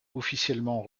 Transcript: officiellement